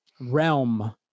realm